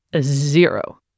Zero